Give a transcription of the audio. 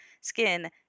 skin